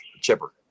Chipper